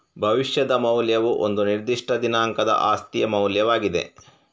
ಭವಿಷ್ಯದ ಮೌಲ್ಯವು ಒಂದು ನಿರ್ದಿಷ್ಟ ದಿನಾಂಕದ ಆಸ್ತಿಯ ಮೌಲ್ಯವಾಗಿದೆ